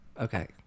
Okay